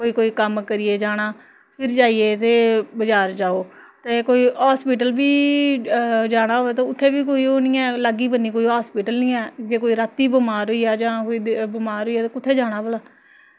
ते कोई कम्म करियै जाना फिर जाइयै ते बजार जाओ ते कोई हॉस्पिटल बी जाना होऐ ते उत्थें बी कोई ओह् निं ऐ कोई लागै कोई हॉस्पिटल निं ऐ कोई राती बमार होई जा जां कोई बमार होई जा ते कुत्थें जाना भला